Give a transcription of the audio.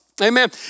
Amen